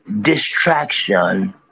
distraction